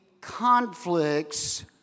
conflicts